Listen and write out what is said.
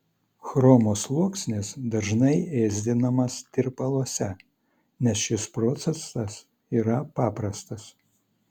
chromo sluoksnis dažnai ėsdinamas tirpaluose nes šis procesas yra paprastas